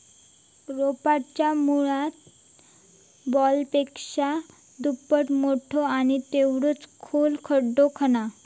रोपाच्या मुळाच्या बॉलपेक्षा दुप्पट मोठो आणि तेवढोच खोल खड्डो खणा